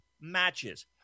matches